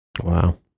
Wow